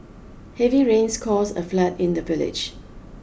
heavy rains cause a flood in the village